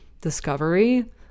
discovery